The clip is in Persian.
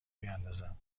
بیاندازم